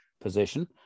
position